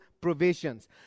provisions